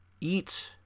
eat